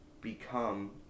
become